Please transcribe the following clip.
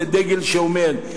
זה דגל שאומר,